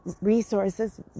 resources